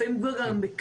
לפעמים גם בכמה,